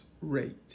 rate